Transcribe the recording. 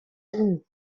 tires